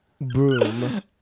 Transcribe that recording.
broom